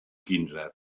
quinze